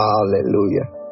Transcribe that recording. Hallelujah